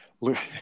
Look